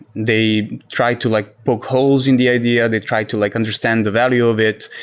they try to like poke holes in the idea. they try to like understand the value of it,